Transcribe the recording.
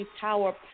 power